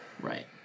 Right